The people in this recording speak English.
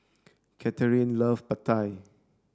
Katherin love Pad Thai